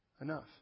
enough